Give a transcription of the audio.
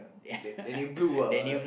Dan Danny blue ah